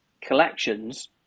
collections